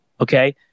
Okay